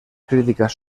críticas